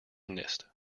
mnist